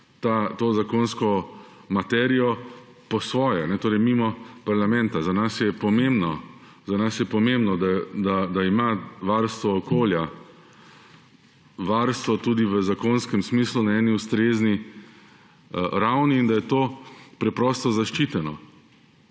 to zakonsko materijo po svoje, torej mimo parlamenta. Za nas je pomembno, da ima varstvo okolja varstvo tudi v zakonskem smislu na eni ustrezni ravni in da je to preprosto zaščiteno.